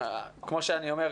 כמו שאני אומר,